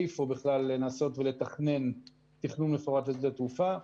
איפה בכלל לנסות ולתכנן תכנון מפורט לשדה התעופה,